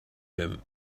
him